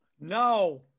No